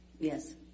Yes